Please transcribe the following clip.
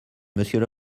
monsieur